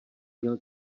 měl